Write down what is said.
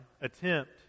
attempt